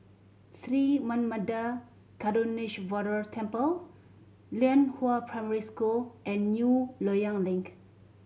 Sri Manmatha Karuneshvarar Temple Lianhua Primary School and New Loyang Link